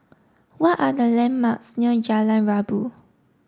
what are the landmarks near Jalan Rabu